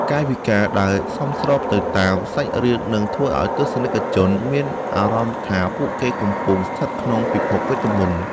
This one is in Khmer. កាយវិការដែលសមស្របទៅតាមសាច់រឿងនឹងធ្វើឱ្យទស្សនិកជនមានអារម្មណ៍ថាពួកគេកំពុងស្ថិតក្នុងពិភពវេទមន្ត។